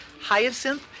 Hyacinth